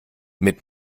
mit